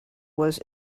was